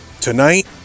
Tonight